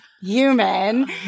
human